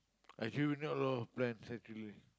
actually we not a lot of plans actually